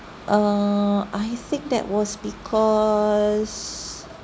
err I think that was because